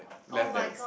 less dense